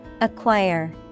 acquire